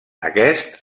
aquest